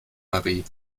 marie